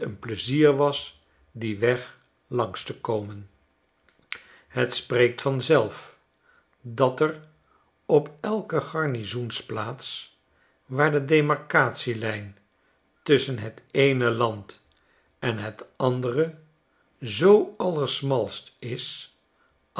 pleizier was dien weg langs te komen het spreekt van zelf dat er op elke garnizoensplaats waar de demarcatielijn tusschen het eene land en het andere zoo allersmalst is